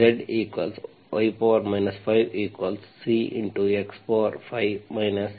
ಆದ್ದರಿಂದ Zy 5C x5 x4